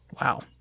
Wow